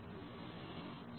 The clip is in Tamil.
pair programming என்பது என்ன